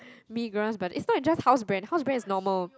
Migros but is not just a house brand house brand is normal